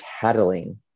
tattling